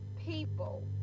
People